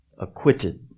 acquitted